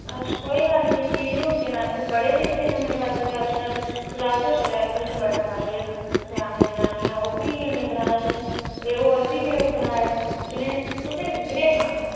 अच्छ कोई गल्ल नीं सी औढ़ गी में बड़े सीते ने अज्ज कल रवाजै प्लाजो चले दे ख'ल्ल बटन लाइयै सोआंदियां जनानियां ओह् बी बनाए दे ओर बी में लोक बनादे जनेह् ते तुसें कनेहे बनाने न